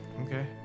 Okay